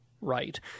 right